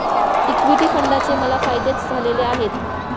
equity फंडाचे मला फायदेच झालेले आहेत